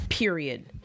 Period